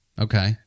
Okay